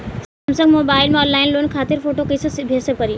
Samsung mobile में online loan खातिर photo कैसे सेभ करीं?